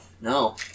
No